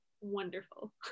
wonderful